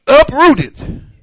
uprooted